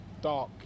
dark